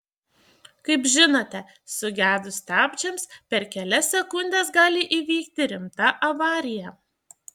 kaip žinote sugedus stabdžiams per kelias sekundes gali įvykti rimta avarija